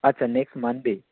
আচ্ছা next Monday